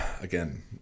Again